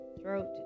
throat